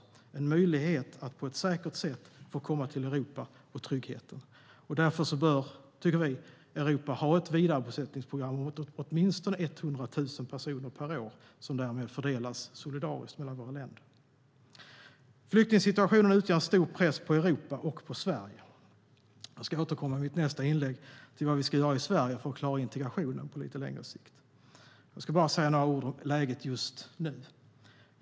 Det är en möjlighet att på ett säkert sätt få komma till Europa och tryggheten. Därför tycker vi att Europa bör ha ett vidarebosättningsprogram för åtminstone 100 000 personer per år som därmed fördelas solidariskt mellan våra länder. Flyktingsituationen utgör en stor press på Europa och på Sverige. I mitt nästa inlägg ska jag återkomma till vad vi ska göra i Sverige för att klara integrationen på lite längre sikt. Jag ska bara säga några ord om läget just nu.